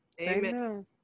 amen